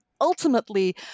ultimately